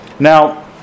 Now